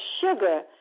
sugar